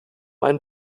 einen